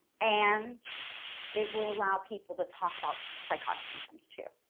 and it will allow people to talk about psychotic symptoms too.